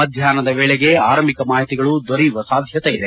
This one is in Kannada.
ಮಧ್ಯಾಹ್ನದ ವೇಳೆಗೆ ಆರಂಭಿಕ ಮಾಹಿತಿಗಳು ದೊರೆಯುವ ಸಾಧ್ಯತೆ ಇದೆ